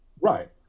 right